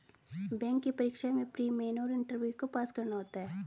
bank की परीक्षा में प्री, मेन और इंटरव्यू को पास करना होता है